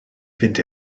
fynd